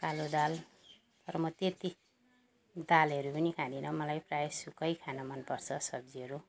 कालो दाल तर म त्यत्ति दालहरू पनि खाँदिनँ मलाई प्रायः सुक्खै खानु मनपर्छ सब्जीहरू